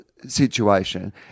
situation